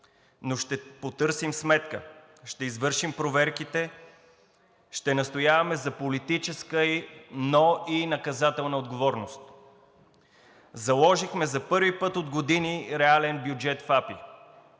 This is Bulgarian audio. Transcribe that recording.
но ще потърсим сметка, ще извършим проверките, ще настояваме за политическа, но и за наказателна отговорност. Заложихме за първи път от години реален бюджет в АПИ.